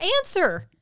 answer